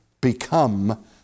become